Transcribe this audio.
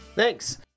Thanks